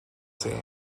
team